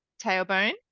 Tailbone